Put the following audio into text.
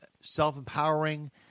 self-empowering